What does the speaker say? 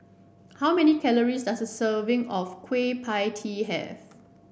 how many calories does a serving of Kueh Pie Tee have